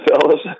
fellas